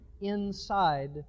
inside